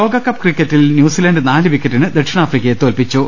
ലോകകപ്പ് ക്രിക്കറ്റിൽ ന്യൂസിലന്റ് നാല് വിക്കറ്റിന് ദക്ഷിണാഫ്രിക്കയെ തോൽപ്പിച്ചു